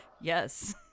yes